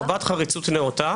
חובת חריצות נאותה,